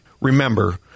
Remember